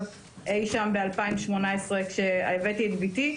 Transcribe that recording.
אי שם ב-2018 כהבאתי את ביתי,